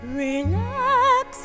relax